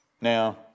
Now